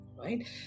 Right